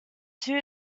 two